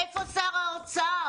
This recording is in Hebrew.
איפה שר האוצר?